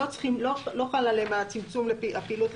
לא חל עליהם צמצום הפעילות.